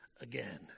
again